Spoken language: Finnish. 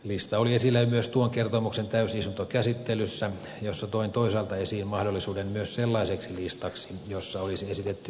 lista oli esillä myös tuon kertomuksen täysistuntokäsittelyssä jossa toin toisaalta esiin mahdollisuuden myös sellaiseksi listaksi jossa olisi esitetty myönteistä kehitystä